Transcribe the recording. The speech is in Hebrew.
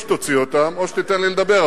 או שתוציא אותם או שתיתן לי לדבר,